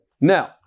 Now